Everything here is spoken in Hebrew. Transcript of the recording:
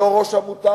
בתור ראש עמותה.